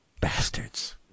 Bastards